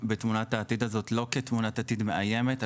בתמונת העתיד הזו לא כתמונת עתיד מאיימת,